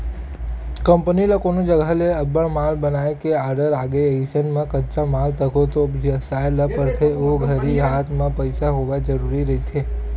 company ल कोनो जघा ले अब्बड़ माल बनाए के आरडर आगे अइसन म कच्चा माल तको तो बिसाय ल परथे ओ घरी हात म पइसा होवई जरुरी रहिथे